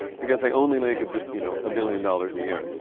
because they only make a bill you know, a billion dollars a year.